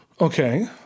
Okay